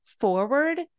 forward